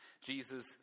jesus